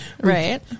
Right